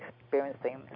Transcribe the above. experiencing